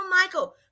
Michael